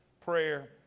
prayer